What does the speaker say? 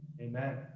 Amen